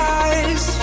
eyes